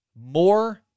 more